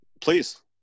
Please